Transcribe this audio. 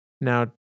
Now